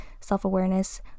self-awareness